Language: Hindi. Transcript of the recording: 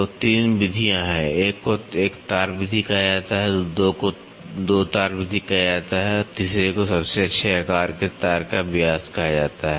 तो तीन विधियाँ हैं एक को एक तार विधि कहा जाता है दो को दो तार विधि कहा जाता है और तीसरे को सबसे अच्छे आकार के तार का व्यास कहा जाता है